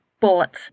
bullets